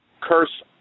curse